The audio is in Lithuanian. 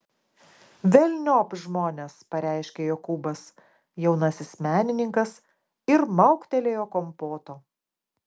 velniop žmones pareiškė jokūbas jaunasis menininkas ir mauktelėjo kompoto